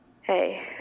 Hey